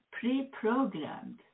pre-programmed